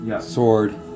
sword